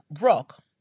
rock